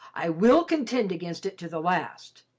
i will contend against it to the last.